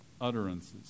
utterances